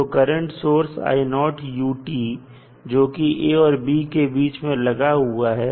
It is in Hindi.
तो करंट सोर्स जोकि a और b के बीच में लगा हुआ है